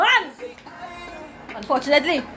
Unfortunately